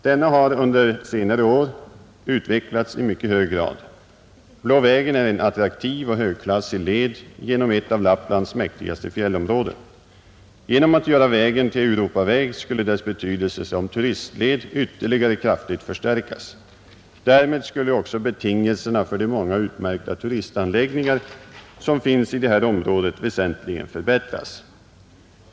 Denna har under senare år utvecklats i mycket hög grad, Blå vägen är en attraktiv och högklassig led genom ett av Lapplands mäktigaste fjällområden, Genom att göra vägen till Europaväg skulle dess betydelse som turistled ytterligare kraftigt förstärkas, Därmed skulle också betingelserna för de många utmärkta turistanläggningar som finns i detta område väsentligen förbättras.